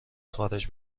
خارج